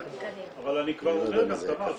אבל אני כבר אומר כזה דבר,